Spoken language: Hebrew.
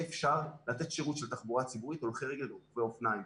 אפשר לתת שירות של תחבורה ציבורית להולכי רגל ורוכבי אופניים.